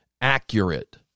accurate